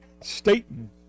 Staten